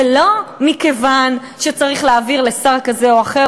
ולא מכיוון שצריך להעביר לשר כזה או אחר